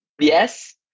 yes